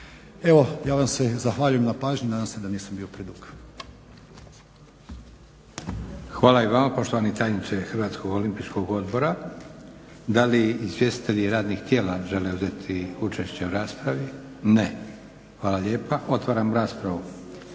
Evo, ja vam se zahvaljujem na pažnji. Nadam se da nisam bio predug. **Leko, Josip (SDP)** Hvala i vama poštovani tajniče HOO-a. Da li izvjestitelji radnih tijela žele uzeti učešće u raspravi? Ne. Hvala lijepa. Otvaram raspravu.